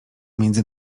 między